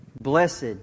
Blessed